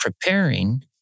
preparing